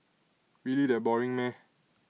really that boring meh